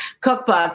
cookbook